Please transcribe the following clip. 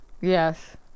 Yes